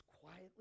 quietly